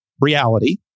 reality